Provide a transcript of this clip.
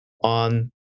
on